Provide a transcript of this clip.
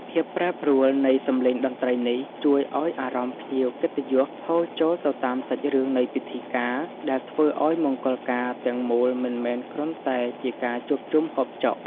ភាពប្រែប្រួលនៃសម្លេងតន្ត្រីនេះ ជួយឱ្យអារម្មណ៍ភ្ញៀវកិត្តិយសហូរចូលទៅតាមសាច់រឿងនៃពិធីការ ដែលធ្វើឱ្យមង្គលការទាំងមូលមិនមែនគ្រាន់តែជាការជួបជុំហូបចុក